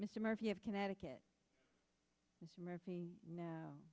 mr murphy of connecticut murphy no